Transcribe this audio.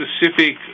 specific